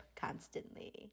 constantly